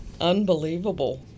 Unbelievable